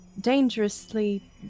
dangerously